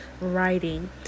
writing